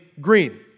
green